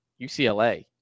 UCLA